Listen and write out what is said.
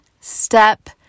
step